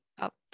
up